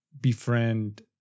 befriend